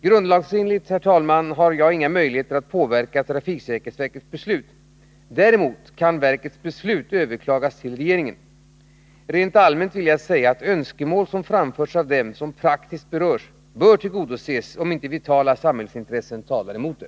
Grundlagsenligt har jag inga möjligheter att påverka trafiksäkerhetsverkets beslut. Däremot kan verkets beslut överklagas till regeringen. Rent allmänt vill jag säga att örskemål som framförts av dem som praktiskt berörs bör tillgodoses, om inte vitala samhällsintressen talar emot det.